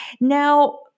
Now